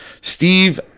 Steve